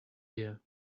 here